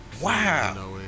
wow